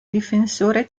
difensore